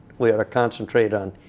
we ought to concentrate on